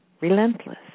relentless